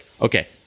okay